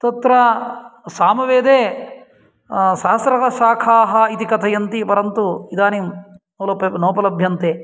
तत्र सामवेदे साहस्रशाखाः इति कथयन्ति परन्तु इदानीं नोपलभ्यन्ते